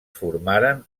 formaren